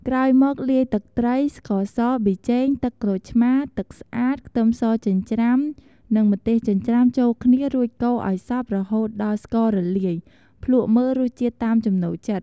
ក្រោយមកលាយទឹកត្រី ស្ករស ប៊ីចេង ទឹកក្រូចឆ្មារ ទឹកស្អាត ខ្ទឹមសចិញ្ច្រាំ និងម្ទេសចិញ្ច្រាំចូលគ្នារួចកូរឲ្យសព្វរហូតដល់ស្កររលាយ ភ្លក់មើលរសជាតិតាមចំណូលចិត្ត។